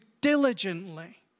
diligently